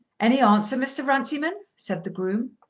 any answer, mr. runciman? said the groom.